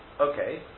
Okay